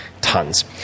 tons